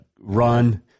run